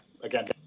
again